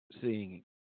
seeing